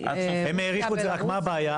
רק מה הבעיה?